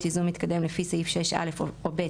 ייזום מתקדם לפי סעיף 6(א) או (ב),